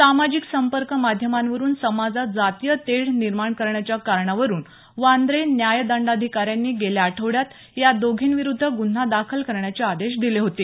सामाजिक संपर्क माध्यामांवरुन समाजात जातीय तेढ निर्माण करण्याच्या कारणावरून वांद्रे न्याय दंडाधिकाऱ्यांनी गेल्या आठवड्यात या दोघींविरुद्ध गुन्हा दाखल करण्याचे आदेश दिले होते